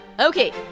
Okay